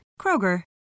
Kroger